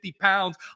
pounds